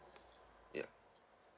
ya